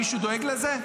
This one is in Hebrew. מישהו דואג לזה?